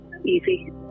easy